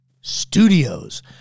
Studios